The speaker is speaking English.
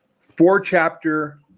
four-chapter